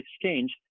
exchange